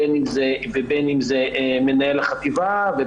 בין אם זה מנהל החטיבה,